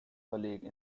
colleague